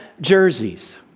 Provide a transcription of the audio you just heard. jerseys